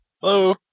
hello